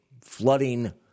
flooding